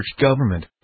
government